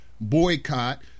Boycott